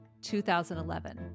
2011